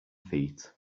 feet